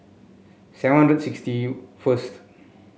seven hundred sixty first